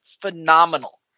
phenomenal